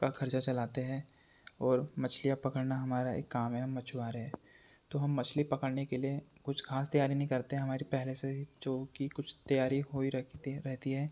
का खर्चा चलाते हैं और मछलियाँ पकड़ना हमारा एक काम है हम मछुआरे हैं तो हम मछली पकड़ने के लिए कुछ ख़ास तैयारी नहीं करते हैं हमारी पहले से ही जो कि कुछ तैयारी हुई रखती है रहती है